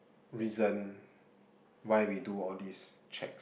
reason why we do all these check